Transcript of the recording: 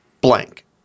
blank